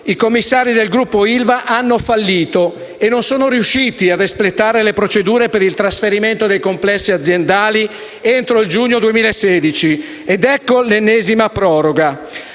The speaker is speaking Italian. i commissari del Gruppo ILVA hanno fallito e non sono riusciti a espletare le procedure per il trasferimento dei complessi aziendali entro il giugno 2016 ed ecco l'ennesima proroga.